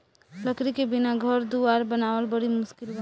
लकड़ी के बिना घर दुवार बनावल बड़ी मुस्किल बा